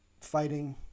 fighting